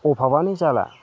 अभाबानो जाला